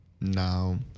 No